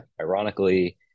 Ironically